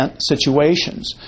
situations